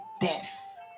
death